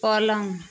पलंग